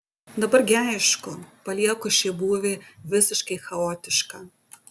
dabar gi aišku palieku šį būvį visiškai chaotišką